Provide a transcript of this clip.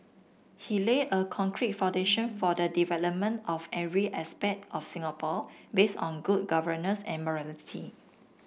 he laid a concrete foundation for the development of every aspect of Singapore based on good governance and morality